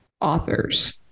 authors